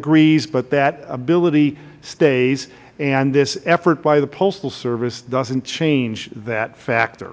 agrees but that ability stays and this effort by the postal service doesn't change that factor